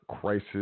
crisis